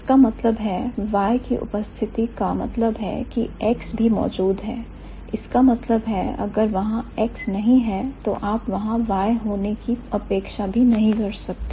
इसका मतलब है Y की उपस्थिति का मतलब है की X भी मौजूद है इसका मतलब है अगर वहां X नहीं है तो आप वहां Y होने की अपेक्षा भी नहीं कर सकते